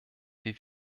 wie